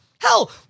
Hell